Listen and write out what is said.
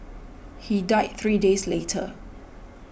he died three days later